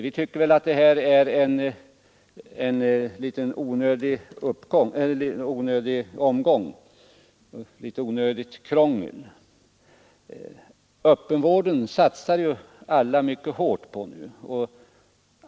Vi tycker att detta är litet onödigt krångel. Öppenvården satsar alla mycket hårt på.